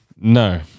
No